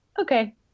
okay